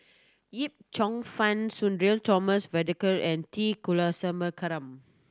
Yip Cheong Fun Sudhir Thomas Vadaketh and T Kulasekaram